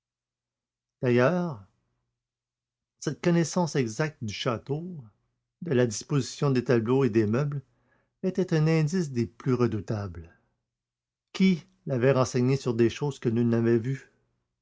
d'ailleurs cette connaissance exacte du château de la disposition des tableaux et des meubles était un indice des plus redoutables qui l'avait renseigné sur des choses que nul n'avait vues